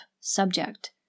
subject